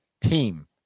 team